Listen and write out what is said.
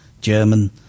German